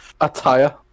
Attire